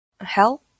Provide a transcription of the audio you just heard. Hell